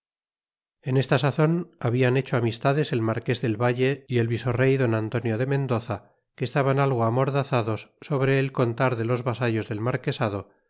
en esta sazon habian hecho amistades el marqués del valle y el visorey don antonio de mendoza que estaban algo amordazados sobre el contar de los vasallos del marquesado